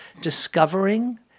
discovering